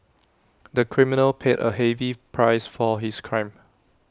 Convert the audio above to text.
the criminal paid A heavy price for his crime